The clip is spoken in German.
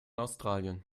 australien